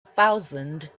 thousand